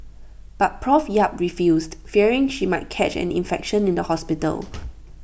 but Prof yap refused fearing she might catch an infection in the hospital